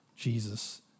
Jesus